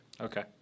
Okay